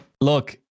Look